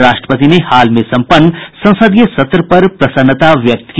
राष्ट्रपति ने हाल में संपन्न संसदीय सत्र पर प्रसन्नता व्यक्त की